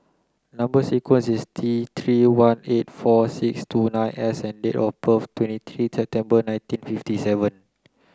number sequence is T three one eight four six two nine S and date of birth twenty three September nineteen fifty seven